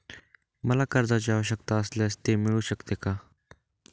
मला कर्जांची आवश्यकता असल्यास ते मिळू शकते का?